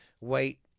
Wait